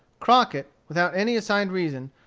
crockett, without any assigned reason,